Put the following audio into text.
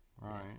Right